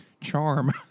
charm